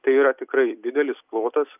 tai yra tikrai didelis plotas